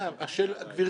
גברתי,